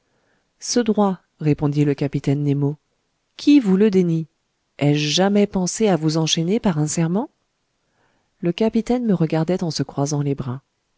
ce droit répondit le capitaine nemo qui vous le dénie ai-je jamais pensé à vous enchaîner par un serment le capitaine me regardait en se croisant les bras